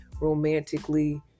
romantically